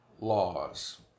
laws